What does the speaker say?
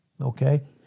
Okay